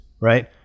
right